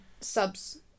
subs